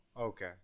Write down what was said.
okay